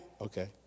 Okay